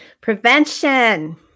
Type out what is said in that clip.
prevention